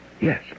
yes